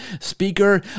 speaker